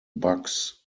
bucks